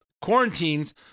quarantines